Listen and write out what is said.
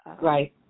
Right